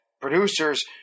producers